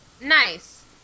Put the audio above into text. Nice